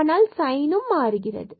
ஆனால் சைன்னும் மாற்றுகிறது